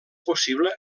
possible